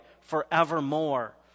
forevermore